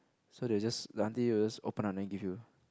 so they just the auntie will just open up then give you